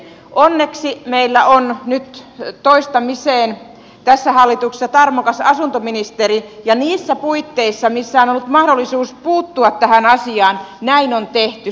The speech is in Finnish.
onneksi meillä on nyt toistamiseen tässä hallituksessa tarmokas asuntoministeri ja niissä puitteissa missä on ollut mahdollisuus puuttua tähän asiaan näin on tehty